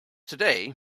today